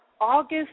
August